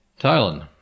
Thailand